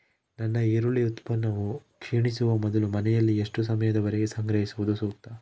ನನ್ನ ಈರುಳ್ಳಿ ಉತ್ಪನ್ನವು ಕ್ಷೇಣಿಸುವ ಮೊದಲು ಮನೆಯಲ್ಲಿ ಎಷ್ಟು ಸಮಯದವರೆಗೆ ಸಂಗ್ರಹಿಸುವುದು ಸೂಕ್ತ?